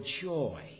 joy